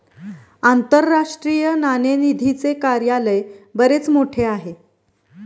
आंतरराष्ट्रीय नाणेनिधीचे कार्यालय बरेच मोठे आहे